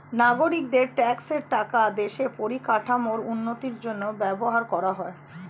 নাগরিকদের ট্যাক্সের টাকা দেশের পরিকাঠামোর উন্নতির জন্য ব্যবহার করা হয়